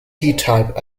type